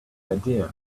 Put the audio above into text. idea